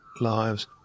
lives